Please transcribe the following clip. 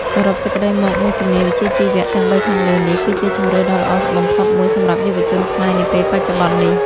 សរុបសេចក្តីមក មុខជំនាញវិជ្ជាជីវៈទាំងបីខាងលើនេះគឺជាជម្រើសដ៏ល្អបំផុតមួយសម្រាប់យុវជនខ្មែរនាពេលបច្ចុប្បន្ននេះ។